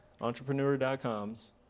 entrepreneur.com's